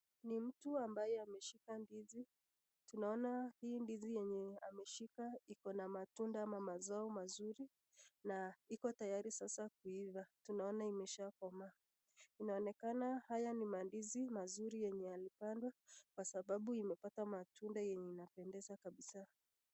Ni mtu ambaye ameshika ndizi. Tunaona hii ndizi yenye ameshika iko na matunda ama mazao mazuri na iko tayari sasa kuiva. Tunaona imeshakomaa. Inaonekana haya ni mandizi mazuri yenye yalipandwa kwa sababu imepata matunda yenye inapendeza kabisa.